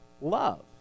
love